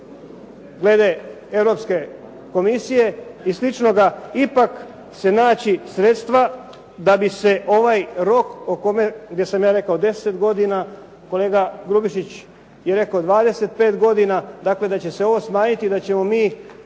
glede Europske komisije i slično ipak se naći sredstva da bi se ovaj rok o kome, gdje sam ja rekao 10 godina, kolega Grubišić je rekao 25 godina dakle, da će se ovo smanjiti i da ćemo mi